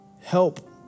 help